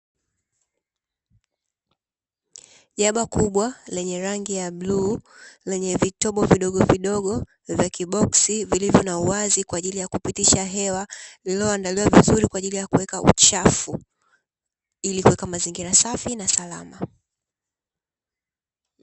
Jaba kubwa lenye rangi ya bluu lenye vitobo vidogo vidogo vya kiboksi vilivyo wazi kwa ajili ya kupitisha hewa, lililoandaliwa vizuri kwa ajili ya kuweka uchafu ili kuweka mazingira safi na salama.